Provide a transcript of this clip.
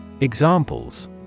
Examples